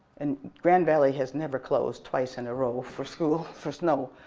and grand valley has never closed twice in a row for school, for snow,